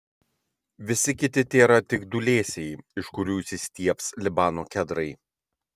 visi kiti tėra tik dūlėsiai iš kurių išsistiebs libano kedrai